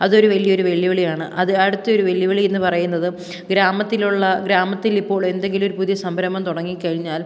അത് ഒരു വലിയ ഒരു വെല്ലുവിളിയാണ് അത് അടുത്ത ഒരു വെല്ലുവിളി എന്ന് പറയുന്നത് ഗ്രാമത്തിലുള്ള ഗ്രാമത്തിൽ ഇപ്പോൾ എന്തെങ്കിലും ഒരു പുതിയ സംരംഭം തുടങ്ങി കഴിഞ്ഞാൽ